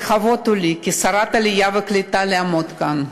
לכבוד הוא לי כשרת העלייה והקליטה לעמוד כאן,